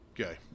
Okay